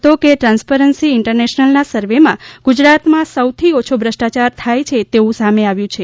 તેમણે ઉલ્લેખ કર્યો હતો કે ટ્રાન્સપરન્સી ઇન્ટરનેશનલના સર્વેમાં ગુજરાતમાં સૌથી ઓછો ભ્રષ્ટાયાર થાય છે તેવું સામે આવ્યું છે